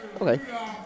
okay